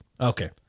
Okay